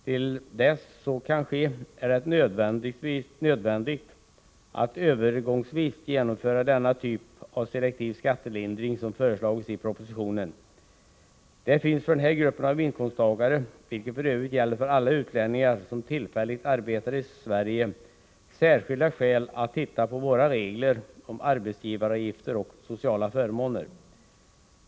Till dess så kan ske är det nödvändigt att övergångsvis genomföra den typ av selektiv skattelindring som föreslagits i propositionen. Det finns för den här gruppen av inkomsttagare, vilket f. ö. gäller för alla utlänningar som tillfälligt arbetar i Sverige, särskilda skäl att titta på våra regler om arbetsgivaravgifter och sociala förmåner.